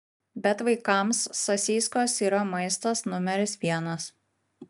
bet vaikams sasyskos yra maistas numeris vienas